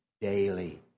daily